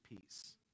peace